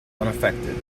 unaffected